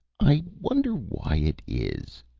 i wonder why it is,